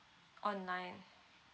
online